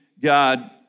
God